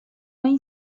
این